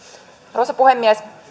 arvoisa puhemies